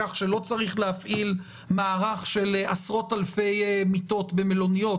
כך שלא צריך להפעיל מערך של עשרות-אלפי מיטות במלוניות,